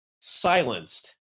silenced